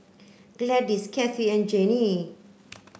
Gladis Kathie and Gennie